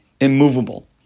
immovable